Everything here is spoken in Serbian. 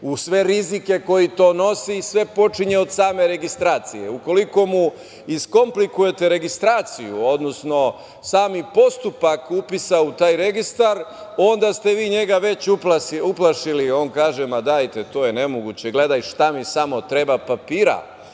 u sve rizike koje to nosi i sve počinje od same registracije, ukoliko mu iskomplikujete registraciju, odnosno sam postupak upisa u taj registar, onda ste ga već uplašili. On kaže – dajte, to je nemoguće, gledajte samo šta mi treba papira